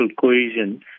cohesion